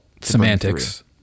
semantics